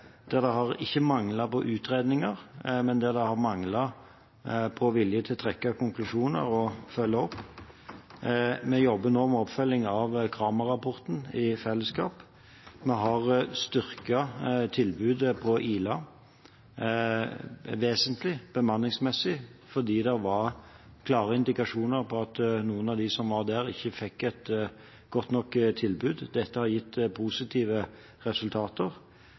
der det ikke har manglet på utredninger, men der det har manglet på vilje til å trekke konklusjoner og å følge opp. Vi jobber nå med oppfølgingen av Cramer-rapporten i fellesskap. Vi har styrket tilbudet på Ila vesentlig, bemanningsmessig, fordi det var klare indikasjoner på at noen av dem som var der, ikke fikk et godt nok tilbud. Dette har gitt positive resultater.